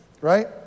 right